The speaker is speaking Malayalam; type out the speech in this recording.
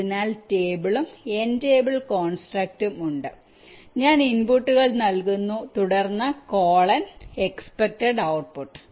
അതിനാൽ ടേബിളും n ടേബിൾ കോൺസ്ട്രക്റ്റും ഉണ്ട് ഞാൻ ഇൻപുട്ടുകൾ നൽകുന്നു തുടർന്ന് കോളൻ എകസ്പെക്ടഡ് ഔട്ട്പുട്ട്